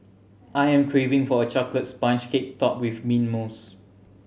I am craving for a chocolate sponge cake topped with mint mousse